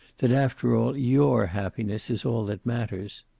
that after all, your happiness is all that matters.